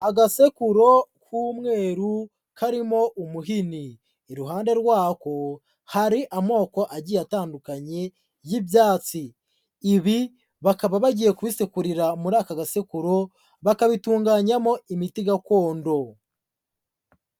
Agasekururo k'umweru karimo umuhini, iruhande rwako hari amoko agiye atandukanye y'ibyatsi, ibi bakaba bagiye kubisekurira muri aka gasekururo bakabitunganyamo imiti gakondo.